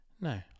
No